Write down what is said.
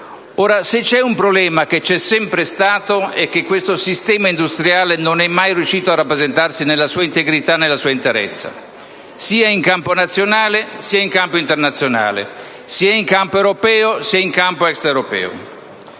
Stato. Se c'è un problema che è sempre esistito è che questo sistema industriale non è mai riuscito a rappresentarsi nella sua integrità e interezza, sia in campo nazionale sia in ambito internazionale, a livello europeo come a livello extraeuropeo.